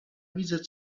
widzę